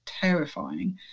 terrifying